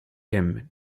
him